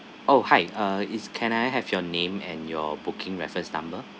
oh hi uh is can I have your name and your booking reference number